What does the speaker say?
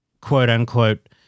quote-unquote